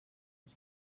its